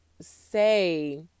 say